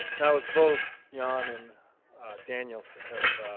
now as both jon and daniel have